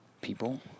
people